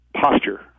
posture